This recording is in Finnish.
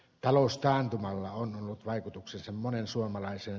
taloustaantuma on ollut vaikutuksensa moneen suomalaiseen